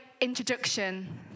introduction